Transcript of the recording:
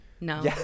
No